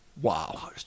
Wow